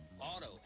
auto